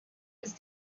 was